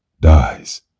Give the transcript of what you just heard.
dies